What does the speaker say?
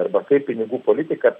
arba kaip pinigų politika